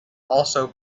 also